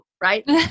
right